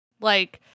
Like-